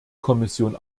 kommission